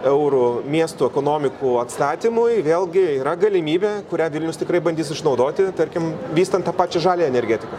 eurų miestų ekonomikų atstatymui vėlgi yra galimybė kurią vilnius tikrai bandys išnaudoti tarkim vystant tą pačią žaliąją energetiką